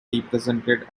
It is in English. represented